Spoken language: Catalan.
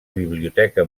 biblioteca